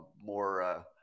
more